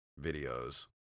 videos